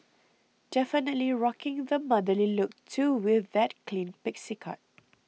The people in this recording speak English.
definitely rocking the motherly look too with that clean pixie cut